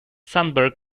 sunburn